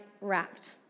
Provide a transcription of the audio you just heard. Wrapped